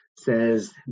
says